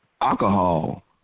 Alcohol